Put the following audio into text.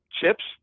Chips